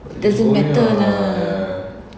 doesn't matter lah